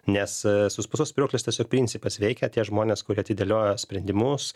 nes suspaustos spyruoklės tiesiog principas veikia tie žmonės kurie atidėliojo sprendimus